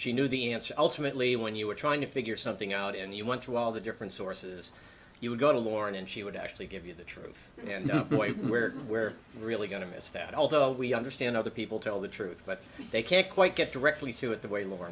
she knew the answer ultimately when you were trying to figure something out and you went through all the different sources you would go to war and she would actually give you the truth and no point where we're really going to miss that although we understand other people tell the truth but they can't quite get directly through it the way l